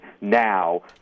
now